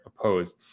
opposed